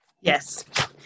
Yes